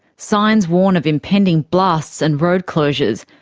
signs warn of impending blasts and road closures,